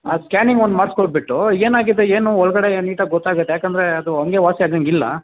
ಆ ಸ್ಕ್ಯಾನಿಂಗ್ ಒಂದು ಮಾಡ್ಸ್ಕೊಂಬಿಟ್ಟು ಏನಾಗಿದೆ ಏನು ಒಳಗಡೆ ಏನು ನೀಟ್ ಆಗಿ ಗೊತ್ತಾಗುತ್ತೆ ಯಾಕೆಂದ್ರೆ ಅದು ಹಂಗೆ ವಾಸಿ ಆಗೊಂಗಿಲ್ಲ